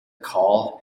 call